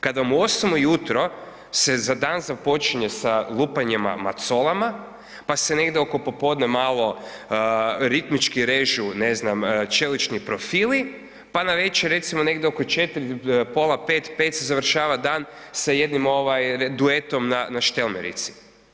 Kad vam u 8 ujutro se dan započinje sa lupanjem macolama, pa se negdje oko popodne malo ritmički režu ne znam, čelični profili, pa navečer recimo, negdje oko 4, pola 5, 5 se završava dan sa jedinom duetom na štemerici.